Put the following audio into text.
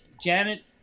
Janet